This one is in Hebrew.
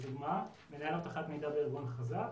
לדוגמה: מנהל אבטחת מידע בארגון חזק,